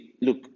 Look